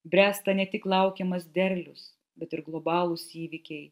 bręsta ne tik laukiamas derlius bet ir globalūs įvykiai